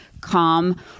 calm